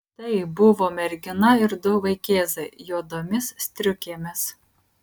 tai buvo mergina ir du vaikėzai juodomis striukėmis